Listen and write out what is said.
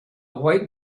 white